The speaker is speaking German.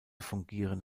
fungieren